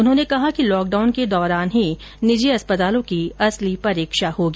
उन्होंने कहा कि लॉकडाउन के दौरान ही निजी अस्पतालों की असली परीक्षा होगी